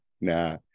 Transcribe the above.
nah